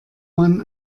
man